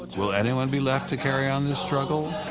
will anyone be left to carry on the struggle?